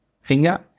finger